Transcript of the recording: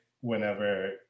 whenever